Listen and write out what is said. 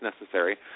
necessary